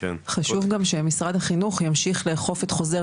חשוב גם שמשרד החינוך ימשיך לאכוף את חוזר